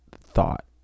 thought